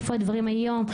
איפה הדברים היום?